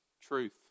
Truth